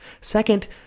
Second